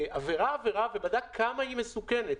עבירה-עבירה, בדק כמה היא מסוכנת.